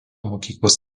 mokyklos